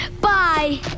bye